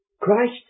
Christ